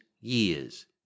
years